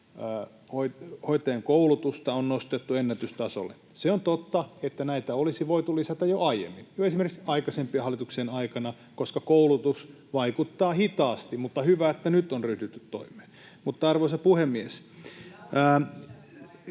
Hoitajien koulutusta on nostettu ennätystasolle. Se on totta, että sitä olisi voitu lisätä jo aiemmin, jo esimerkiksi aikaisempien hallitusten aikana, koska koulutus vaikuttaa hitaasti. Mutta hyvä, että nyt on ryhdytty toimeen. [Sari